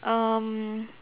um